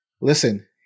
Listen